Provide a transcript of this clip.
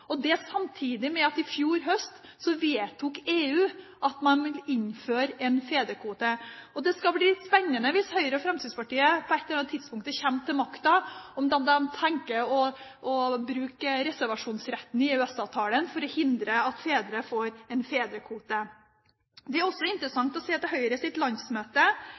det samtidig med at EU i fjor høst vedtok at man ville innføre en fedrekvote. Det skal bli spennende hvis Høyre og Fremskrittspartiet på et eller annet tidspunkt kommer til makten, om de da tenker å bruke reservasjonsretten i EØS-avtalen for å hindre at fedre får en fedrekvote. Det er også interessant å se til Høyres landsmøte,